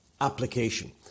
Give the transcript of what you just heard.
application